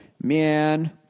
man